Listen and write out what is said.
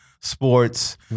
sports